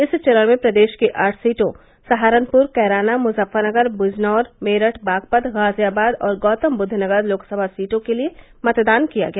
इस चरण में प्रदेश की आठ सीटों सहारनपुर कैराना मुजफ्फरनगर बिजनौर मेरठ बागपत गाजियाबाद और गौतमवुद्धनगर लोकसभा सीटों के लिये मतदान किया गया